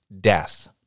death